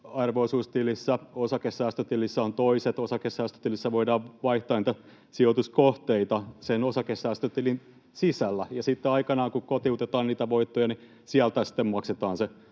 edut, osakesäästötilissä on toiset. Osakesäästötilissä voidaan vaihtaa niitä sijoituskohteita sen osakesäästötilin sisällä, ja sitten aikanaan, kun kotiutetaan niitä voittoja, sieltä sitten maksetaan se